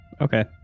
Okay